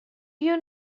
you